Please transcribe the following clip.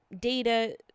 data